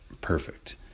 perfect